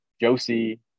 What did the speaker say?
Josie